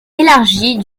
élargie